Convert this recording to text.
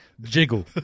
Jiggle